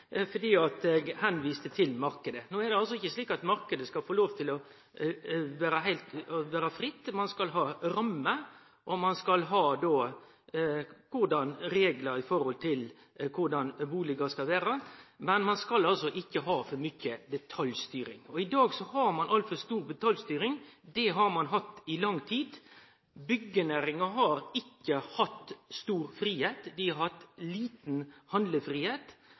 fordi eg viste til marknaden. No er det ikkje slik at marknaden skal få lov til å vere heilt fri. Ein skal ha rammer, og ein skal ha reglar når det gjeld korleis bustaden skal vere. Men ein skal altså ikkje ha for mykje detaljstyring. I dag har ein altfor mykje detaljstyring – og det har ein hatt i lang tid. Byggenæringa har ikkje hatt stor fridom. Dei har liten